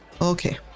Okay